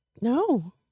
No